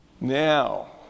Now